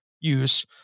use